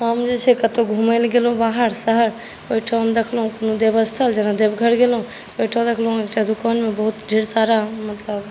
हम जे छै कतहु घूमयले गेलहुँ बाहर शहर ओहिठाम देखलहुँ देवस्थल जेना देवघर गेलहुँ ओहिठाम देखलहुँ एकटा दोकानमे ढेर सारा मतलब